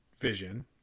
Vision